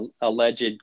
alleged